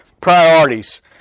priorities